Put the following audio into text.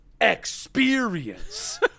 experience